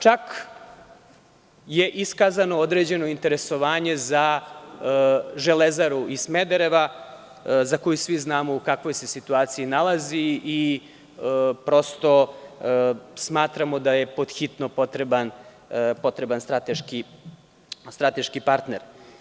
Čak je i iskazano određeno interesovanje za Železaru iz Smedereva za koju svi znamo u kakvoj se situaciji nalazi i prosto smatramo da je pod hitno potreban strateški partner.